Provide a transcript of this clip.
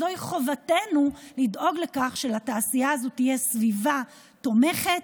זוהי חובתנו לדאוג לכך שלתעשייה הזו תהיה סביבה תומכת,